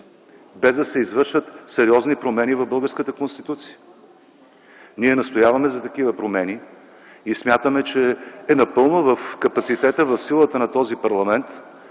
без да се извършат сериозни промени в българската Конституция. Ние настояваме за такива промени и смятаме, че е напълно в капацитета, в силата на този парламент